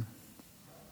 "נתקלנו בסוגיות דומות.